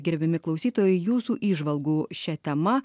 gerbiami klausytojai jūsų įžvalgų šia tema